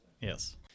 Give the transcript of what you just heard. Yes